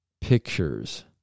pictures